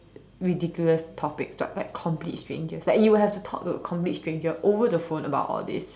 ridiculous topics but like complete strangers like you would have to talk to a complete stranger over the phone about all these